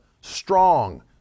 Strong